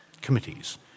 committees